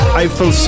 Eiffel